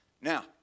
Now